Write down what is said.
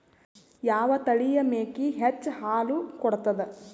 ಯಾವ ತಳಿಯ ಮೇಕಿ ಹೆಚ್ಚ ಹಾಲು ಕೊಡತದ?